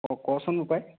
অঁ কচোন বোপাই